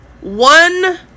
one